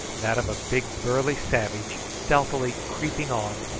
that of a big burly savage, stealthily creeping on,